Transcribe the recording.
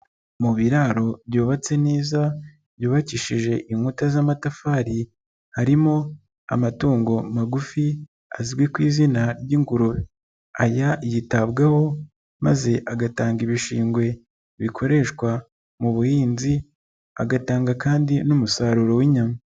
Mu biraro byubatse neza byubakishije inkuta z'amatafari harimo amatungo magufi azwi ku izina ry'ingurube. Aya yitabwaho maze agatanga ibishingwe bikoreshwa mu buhinzi, agatanga kandi n'umusaruro w'inyama.